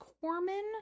Corman